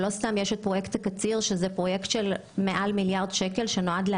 לא סתם יש את פרויקט הקציר שזה פרויקט של מעל מיליארד שקלים